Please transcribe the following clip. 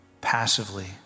passively